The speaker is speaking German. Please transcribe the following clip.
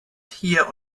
hier